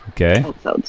Okay